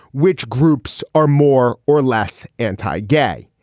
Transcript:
which groups are more or less anti-gay.